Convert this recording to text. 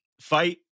fight